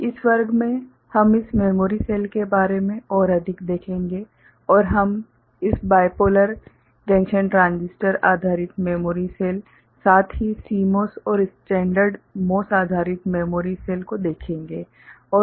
इस वर्ग में हम इस मेमोरी सेल के बारे मे और अधिक देखेंगे और हम इस BJT बाइपोलर जंक्शन ट्रांजिस्टर आधारित मेमोरी सेल साथ ही CMOS और स्टैंडर्ड MOS आधारित मेमोरी सेल को देखेंगे